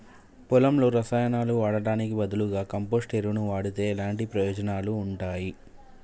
పొలంలో రసాయనాలు వాడటానికి బదులుగా కంపోస్ట్ ఎరువును వాడితే ఎలాంటి ప్రయోజనాలు ఉంటాయి?